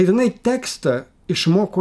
ir inai tekstą išmoko